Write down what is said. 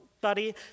buddy